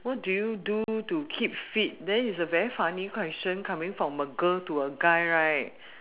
what do you do to keep fit then it's a very funny question coming from a girl to a guy right